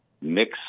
mix